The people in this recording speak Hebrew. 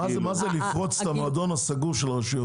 מה זה אומר: "לפרוץ את המועדון הסגור של הרשויות"?